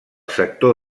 sector